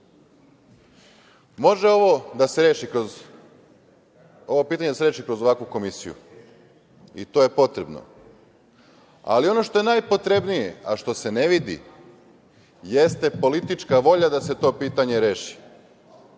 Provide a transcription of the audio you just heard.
pitanje da se reši kroz ovu komisiju, i to je potrebno, ali ono što je najpotrebnije, a što se ne vidi, jeste politička volja da se to pitanje reši.